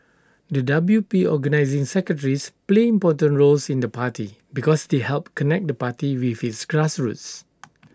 the W P organising secretaries play important roles in the party because they help connect the party with its grassroots